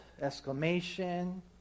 exclamation